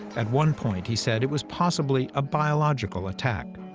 at one point, he said it was possibly a biological attack.